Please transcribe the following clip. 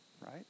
right